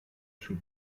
sul